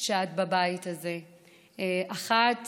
שאת בבית הזה, אחת